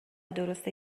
درست